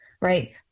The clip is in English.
right